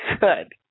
Good